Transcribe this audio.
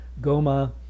Goma